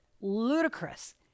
ludicrous